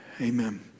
Amen